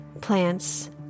plants